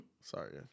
Sorry